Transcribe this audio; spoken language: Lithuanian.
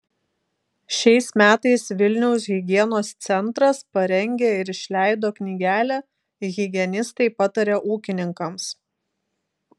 šiais metais vilniaus higienos centras parengė ir išleido knygelę higienistai pataria ūkininkams